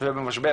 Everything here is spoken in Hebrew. ובמשבר,